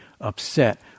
upset